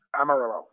Amarillo